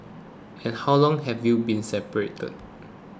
and how long have you been separated